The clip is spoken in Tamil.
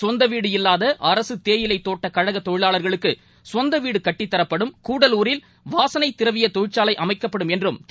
சொந்தவீடு இல்லாதஅரசுதேயிலைதோட்டகழகதொழிலாளர்களுக்குசொந்தவீடுகட்டித்தரப்படும் கூடலூரில் வாசனைதிரவியத் தொழிற்சாலைஅமைக்கப்படும் என்றும் திரு